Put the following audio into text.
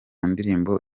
ndirimbo